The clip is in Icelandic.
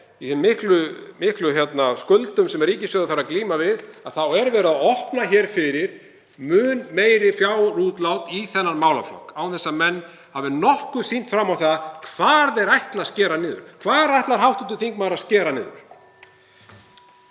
og þær miklu skuldir sem ríkissjóður þarf að glíma við. Hér er verið að opna fyrir mun meiri fjárútlát í þennan málaflokk án þess að menn hafi nokkuð sýnt fram á hvar þeir ætla að skera niður. Hvar ætlar hv. þingmaður að skera niður?